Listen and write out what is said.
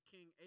King